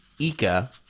Ika